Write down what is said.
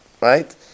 Right